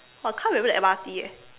!wah! I can't remember the M_R_T eh